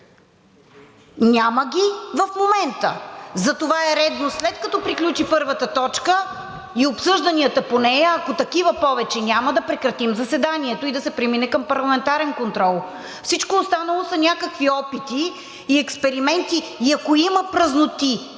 Няма ги в момента! Затова е редно, след като приключи първата точка и обсъжданията по нея, ако такива повече няма, да прекратим заседанието и да се премине към парламентарен контрол. Всичко останало са някакви опити и експерименти. Ако има празноти